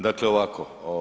Dakle ovako.